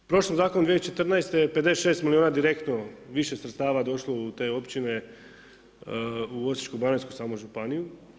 U prošlom zakonu 2014. je 56 milijuna direktno više sredstava došlo u te općine u Osječko-baranjsku županiju.